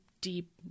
deep